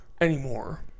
anymore